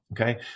Okay